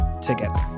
together